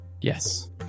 Yes